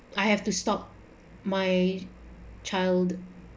I have to stop my child